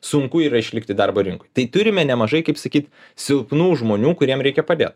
sunku yra išlikti darbo rinkoj tai turime nemažai kaip sakyt silpnų žmonių kuriem reikia padėt